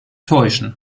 täuschen